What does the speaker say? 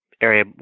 area